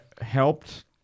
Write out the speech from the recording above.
helped